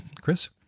Chris